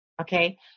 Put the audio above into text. okay